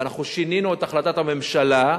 ואנחנו שינינו את החלטת הממשלה,